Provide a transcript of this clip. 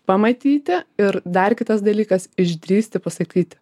pamatyti ir dar kitas dalykas išdrįsti pasakyti